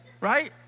Right